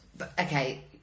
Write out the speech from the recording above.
Okay